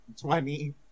twenty